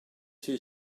two